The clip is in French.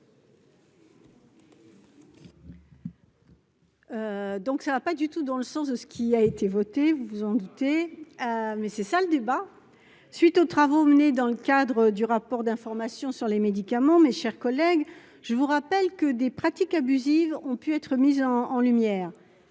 Donc ça va pas du tout dans le sens de ce qui a été voté, vous vous en doutez, mais c'est ça le débat suite aux travaux menés dans le cadre du rapport d'information sur les médicaments, mes chers collègues, je vous rappelle que des pratiques abusives ont pu être mises en en lumière